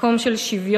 מקום של שוויון,